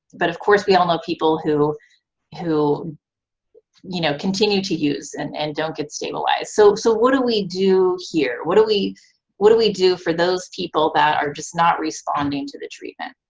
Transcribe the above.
but of course we all know people who who you know continue to use and and don't get stabilized. so, so what do we do here? what do we what do we do for those people that are just not responding to the treatment?